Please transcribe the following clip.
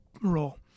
role